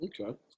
Okay